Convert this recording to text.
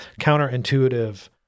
counterintuitive